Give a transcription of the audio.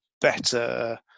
better